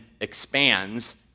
expands